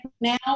now